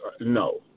No